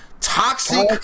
toxic